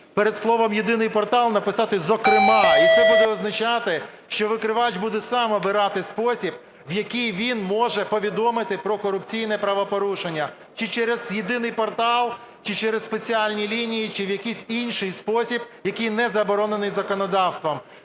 перед словом "єдиний портал" написати "зокрема". І це буде означати, що викривач буде сам обирати спосіб, в якій він може повідомити про корупційне правопорушення: чи через єдиний портал, чи через спеціальні лінії, чи в якийсь інший спосіб, який не заборонений законодавством.